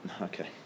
okay